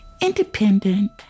Independent